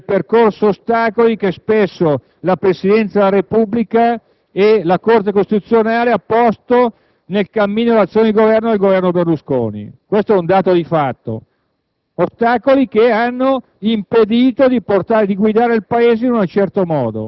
avendolo vissuto nei cinque anni precedenti, quanto fosse difficile vincere il percorso a ostacoli che spesso la Presidenza della Repubblica e la Corte costituzionale hanno posto nel cammino dell'azione del Governo Berlusconi. Questo è un dato di fatto.